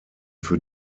für